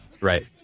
right